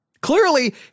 Clearly